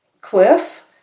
cliff